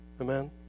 Amen